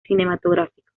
cinematográfico